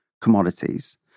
commodities